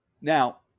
Now